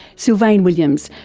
sylvain williams,